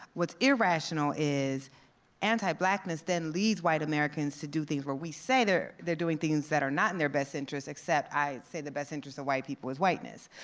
what's irrational is anti-blackness then leads white americans to do things where we say they're they're doing things that are not in their best interest except i say the best interest of white people is whiteness.